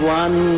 one